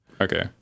Okay